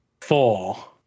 four